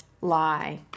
lie